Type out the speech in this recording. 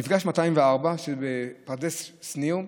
מפגש 204 בפרדס שניר,